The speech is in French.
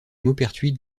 maupertuis